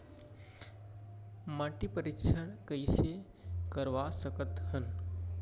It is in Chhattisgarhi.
माटी परीक्षण कइसे करवा सकत हन?